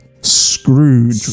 Scrooge